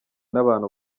n’abantu